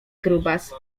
grubas